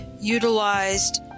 utilized